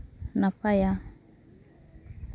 ᱱᱟᱯᱟᱭᱟ